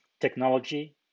technology